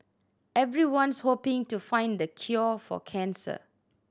everyone's hoping to find the cure for cancer